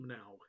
now